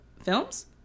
films